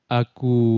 aku